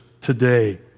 today